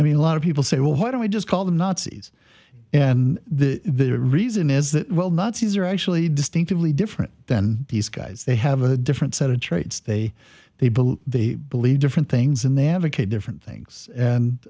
i mean a lot of people say well why don't we just call them nazis and the reason is that while nazis are actually distinctively different than these guys they have a different set of traits they they believe they believe different things and they advocate different things and